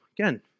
Again